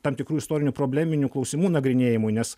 tam tikrų istorinių probleminių klausimų nagrinėjimui nes